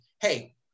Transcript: Hey